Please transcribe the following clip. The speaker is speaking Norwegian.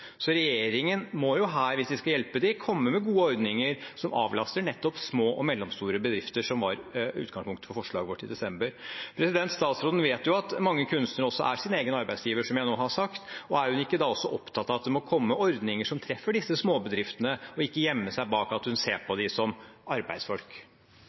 Så regjeringen må, hvis de skal hjelpe dem, komme med gode ordninger som avlaster nettopp små og mellomstore bedrifter, som var utgangspunktet for forslaget vårt i desember. Statsråden vet at mange kunstnere er sin egen arbeidsgiver, som jeg nå har sagt, og er hun ikke da opptatt av det også må komme ordninger som treffer disse småbedriftene – og ikke gjemme seg bak at hun ser på